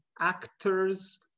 actors